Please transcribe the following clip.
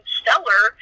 stellar